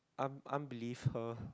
un~ unbelive her